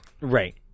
Right